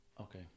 okay